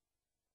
הדרום,